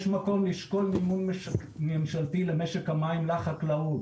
יש מקום לשקול מימון ממשלתי למשק המים לחקלאות,